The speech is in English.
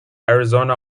arizona